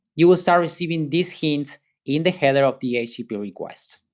you will start receiving these hints in the header of the http request.